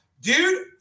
Dude